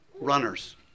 runners